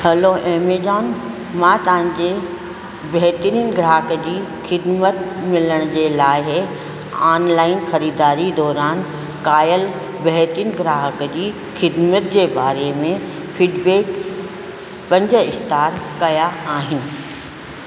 hello Amazon मां तव्हांजे बहितरीन ग्राहक जी खिदमत मिलण जे लाइ ऑनलाइन ख़रीदारी दौरान कायल बहितरीन ग्राहक जी खिदमत जे बारे में फीडबैक पंज स्टार कया आहिनि